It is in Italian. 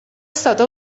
stata